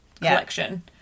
collection